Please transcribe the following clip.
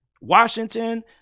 Washington